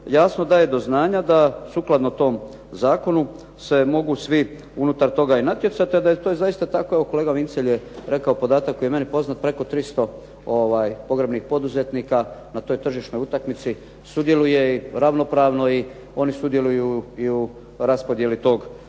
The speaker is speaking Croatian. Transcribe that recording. jasno daje do znanja da sukladno tom zakonu se mogu svi unutar toga i natjecati. A da je to zaista tako, evo kolega Vincelj je rekao podatak koji je meni poznat, preko 300 pogrebnih poduzetnika na toj tržišnoj utakmici sudjeluje ravnopravno i oni sudjeluju i u raspodjeli tog